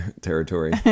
territory